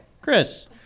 Chris